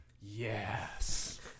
yes